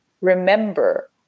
remember